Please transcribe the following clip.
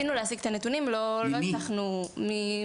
אנחנו כדי לשטח בירוקרטיות ולעבוד נכון התחברנו לג'וינט,